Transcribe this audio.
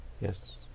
Yes